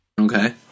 Okay